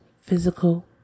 physical